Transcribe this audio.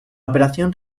operación